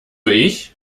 ich